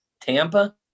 tampa